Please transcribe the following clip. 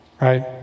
right